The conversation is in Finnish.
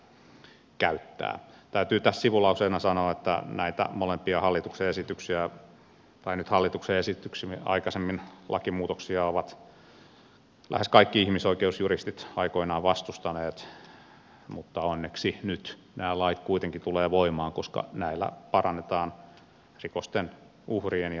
täytyy tässä sivulauseena sanoa että näitä molempia hallituksen esityksiä nyt hallituksen esityksiä mutta aikaisemmin näitä koskevia esityksiä lakimuutoksista ovat lähes kaikki ihmisoikeusjuristit aikoinaan vastustaneet mutta onneksi nyt nämä lait kuitenkin tulevat voimaan koska näillä parannetaan rikosten uhrien ja myös todistajien asemaa